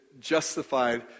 justified